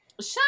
Shut